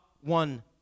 one